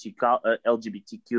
LGBTQ